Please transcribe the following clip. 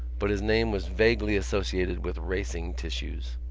but his name was vaguely associated with racing tissues.